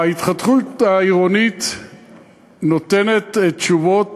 ההתחדשות העירונית נותנת תשובות